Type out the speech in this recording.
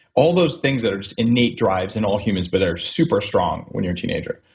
all those things that are innate drives in all humans but are super strong when you're a teenager.